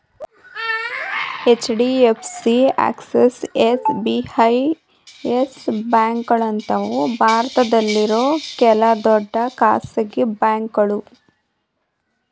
HDFC, Axis, SBI, Yes ಬ್ಯಾಂಕ್ಗಳಂತವು ಭಾರತದಲ್ಲಿರೋ ಕೆಲ ದೊಡ್ಡ ಖಾಸಗಿ ಬ್ಯಾಂಕುಗಳು